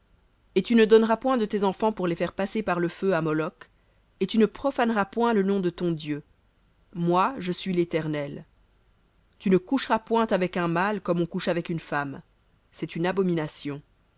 et tu ne donneras point de tes enfants pour les faire passer à moloc et tu ne profaneras point le nom de ton dieu moi je suis léternel tu ne coucheras point avec un mâle comme on couche avec une femme c'est une abomination